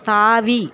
தாவி